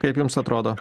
kaip jums atrodo